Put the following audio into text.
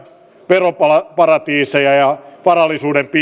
veroparatiiseja ja varallisuuden piilottelua on